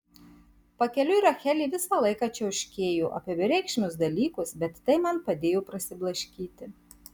pakeliui rachelė visą laiką čiauškėjo apie bereikšmius dalykus bet tai man padėjo prasiblaškyti